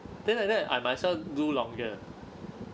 then like that I might as well do longer